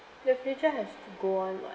the future has to go on [what]